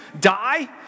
die